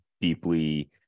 deeply